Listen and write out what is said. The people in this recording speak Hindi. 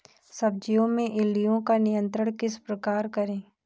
सब्जियों में इल्लियो का नियंत्रण किस प्रकार करें?